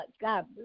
God